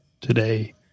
today